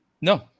No